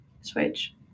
switch